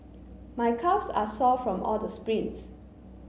my calves are sore from all the sprints